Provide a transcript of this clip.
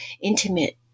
intimate